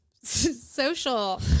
social